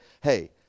Hey